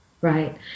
right